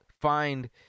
find